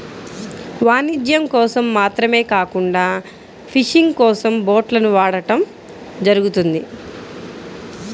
వాణిజ్యం కోసం మాత్రమే కాకుండా ఫిషింగ్ కోసం బోట్లను వాడటం జరుగుతుంది